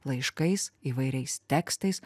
laiškais įvairiais tekstais